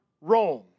Rome